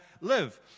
live